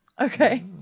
okay